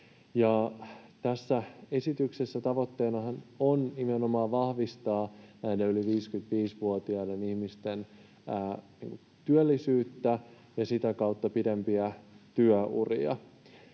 Tässä esityksessä tavoitteena on nimenomaan vahvistaa näiden yli 55-vuotiaiden ihmisten työllisyyttä ja sitä kautta pidempiä työuria.